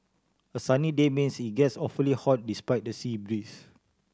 a sunny day means it gets awfully hot despite the sea breeze